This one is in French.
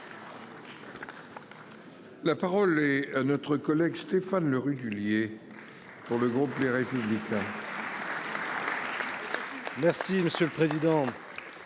La parole est à notre collègue Stéphane Le Rudulier. Dans le groupe Les Républicains. Merci monsieur le président.